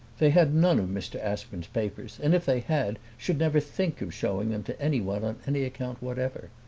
they had none of mr. aspern's papers, and if they had should never think of showing them to anyone on any account whatever.